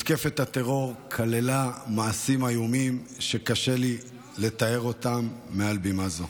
מתקפת הטרור כללה מעשים איומים שקשה לי לתאר מעל בימה זו,